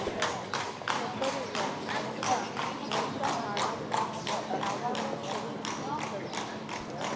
ಒಬ್ಬರಿಗ ರೊಕ್ಕ ವರ್ಗಾ ಮಾಡಾಕ್ ಯಾವಾಗ ಸರಿ ಇರ್ತದ್?